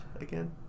again